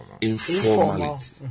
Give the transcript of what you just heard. informality